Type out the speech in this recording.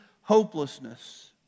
hopelessness